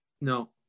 No